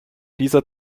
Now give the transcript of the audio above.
dieser